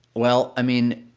well, i mean,